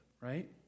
right